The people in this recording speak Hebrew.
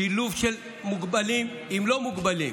שילוב של מוגבלים עם לא מוגבלים,